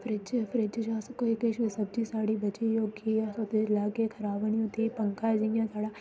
fridge fridge च अस कोई किश सब्ज़ी साढ़ी बची दी होगी ओह्की अस ओह्दे च लागे खराब़ नेईं होंदी पंखा जियां साढ़ा